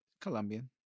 Colombian